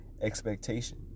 Expectation